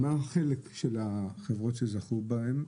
מה החלק של החברות שזכו בהם?